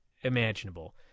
imaginable